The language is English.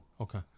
Okay